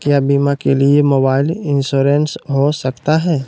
क्या बीमा के लिए मोबाइल इंश्योरेंस हो सकता है?